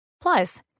Plus